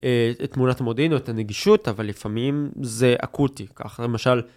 תמונת מודיעין, או את הנגישות, אבל לפעמים זה אקוטי. ככה למשל..